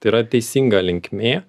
tai yra teisinga linkmė